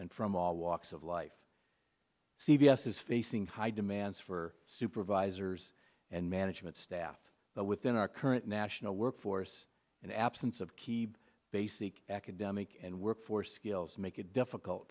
and from all walks of life c b s is facing high demands for supervisors and management staff within our current national workforce and absence of key basic academic and workforce skills make it difficult